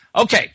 okay